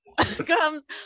comes